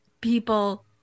people